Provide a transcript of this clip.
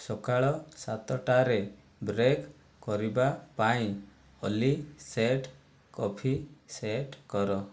ସକାଳ ସାତଟାରେ ବ୍ରେକ୍ କରିବା ପାଇଁ ଅଲି ସେଟ୍ କଫି ସେଟ୍ କର